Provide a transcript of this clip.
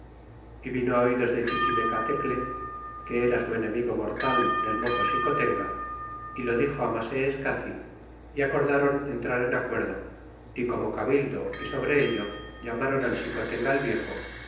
y vino oidos de chichimeclatecle que era su enemigo mortal del mozo xicotenga y lo dixo maseescaci y acordron entrar en acuerdo y como cabildo y sobre ello llamaron al xicotenga el viejo